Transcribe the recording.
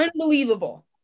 unbelievable